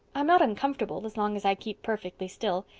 i'm not uncomfortable, as long as i keep perfectly still.